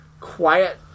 quiet